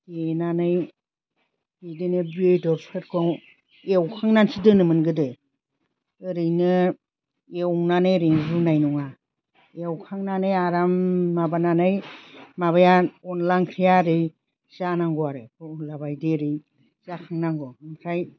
देनानै बिदिनो बेदरफोरखौ एवखांनानैसो दोनोमोन गोदो ओरैनो एवनानै ओरैनो रुनाय नङा एवखांनानै आराम माबानानै माबाया अनद्ला ओंख्रिया ओरै जानांगौ आरो अनद्ला बायदि ओरै जाखांनांगौ ओमफ्राय